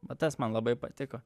va tas man labai patiko